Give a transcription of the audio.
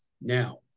Now